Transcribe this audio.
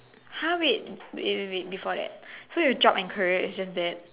!huh! wait wait wait wait before that so your job and career is just that